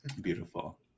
Beautiful